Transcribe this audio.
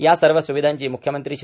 या सर्व सुविधांची मुख्यमंत्री श्री